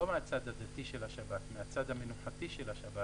לא מהצד הדתי של השבת אלא מצד המנוחה של השבת,